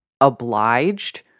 obliged